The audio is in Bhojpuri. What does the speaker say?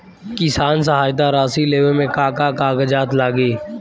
किसान सहायता राशि लेवे में का का कागजात लागी?